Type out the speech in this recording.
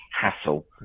hassle